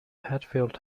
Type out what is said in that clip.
hatfield